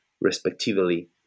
respectively